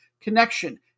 connection